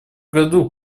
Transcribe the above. году